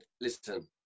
listen